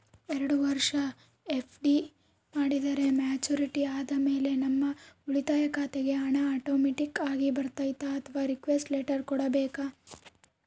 ಎರಡು ವರುಷ ಎಫ್.ಡಿ ಮಾಡಿದರೆ ಮೆಚ್ಯೂರಿಟಿ ಆದಮೇಲೆ ನಮ್ಮ ಉಳಿತಾಯ ಖಾತೆಗೆ ಹಣ ಆಟೋಮ್ಯಾಟಿಕ್ ಆಗಿ ಬರ್ತೈತಾ ಅಥವಾ ರಿಕ್ವೆಸ್ಟ್ ಲೆಟರ್ ಕೊಡಬೇಕಾ?